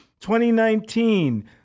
2019